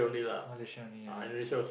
Malaysia only ah